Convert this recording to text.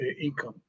income